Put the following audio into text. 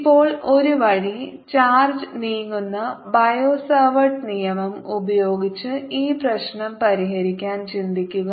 ഇപ്പോൾ ഒരു വഴി ചാർജ് നീങ്ങുന്ന ബയോസാവാർട്ട് നിയമം ഉപയോഗിച്ച് ഈ പ്രശ്നം പരിഹരിക്കാൻ ചിന്തിക്കുക